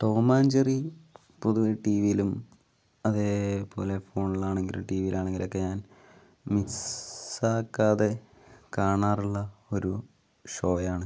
Tom and Jerry പൊതുവെ ടിവിയിലും അതേപോലെ ഫോണിലാണെങ്കിലും ടീ വിയിലാണെങ്കിലൊക്കെ ഞാൻ മിസ്സാക്കാതെ കാണാറുള്ള ഒരു ഷോയാണ്